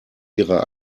ihrer